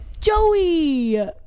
Joey